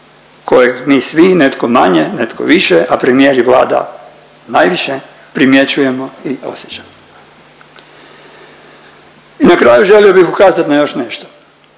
kojeg mi svi netko manje, netko više, a premijer i Vlada najviše primjećujemo i osjećamo. I na kraju želio bih ukazat na još nešto.